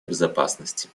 безопасности